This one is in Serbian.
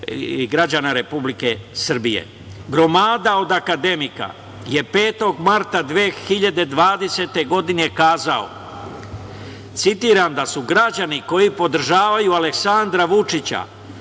građana Republike Srbije. Gromada od akademika je 5. marta 2020. godine kazao, citiram – da su građani koji podržavaju Aleksandra Vučića